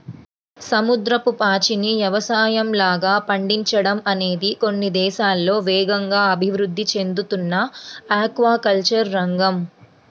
సముద్రపు పాచిని యవసాయంలాగా పండించడం అనేది కొన్ని దేశాల్లో వేగంగా అభివృద్ధి చెందుతున్న ఆక్వాకల్చర్ రంగం